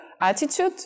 attitude